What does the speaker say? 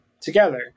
together